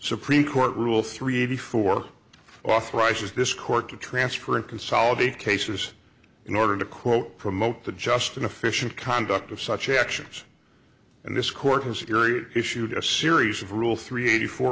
supreme court rule three eighty four authorizes this court to transfer and consolidate cases in order to quote promote the just inefficient conduct of such actions and this court has serious issued a series of rule three eighty four